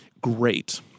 great